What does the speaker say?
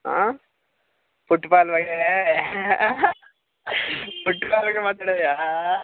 ಹಾಂ ಪುಟ್ಬಾಲ್ ಫುಟ್ಬಾಲಿಗೆ ಮಾತಾಡಯ್ಯಾ